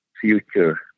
future